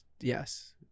yes